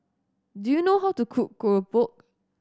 do you know how to cook keropok